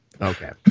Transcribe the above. Okay